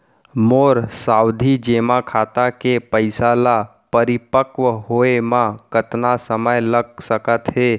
मोर सावधि जेमा खाता के पइसा ल परिपक्व होये म कतना समय लग सकत हे?